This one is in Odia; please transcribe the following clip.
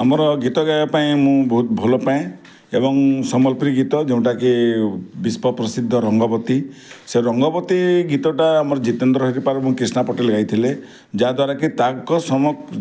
ଆମର ଗୀତ ଗାଇବା ପାଇଁ ମୁଁ ବହୁତ ଭଲପାଏଁ ଏବଂ ସମ୍ବଲପୁରୀ ଗୀତ ଯେଉଁଟାକି ବିଶ୍ୱ ପ୍ରସିଦ୍ଧ ରଙ୍ଗବତୀ ସେ ରଙ୍ଗବତୀ ଗୀତଟା ଆମର ଜିତେନ୍ଦ୍ର ହରିପାଲ୍ ଏବଂ କ୍ରିଷ୍ଣ ପଟେଲ୍ ଗାଇଥିଲେ ଯାହାଦ୍ୱାରା କି ତାଙ୍କ